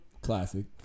Classic